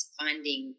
finding